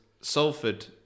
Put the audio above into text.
Salford